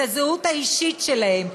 את הזהות האישית שלהם,